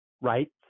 right